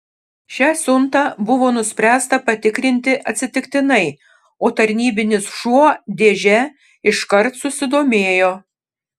šią siuntą buvo nuspręsta patikrinti atsitiktinai o tarnybinis šuo dėže iškart susidomėjo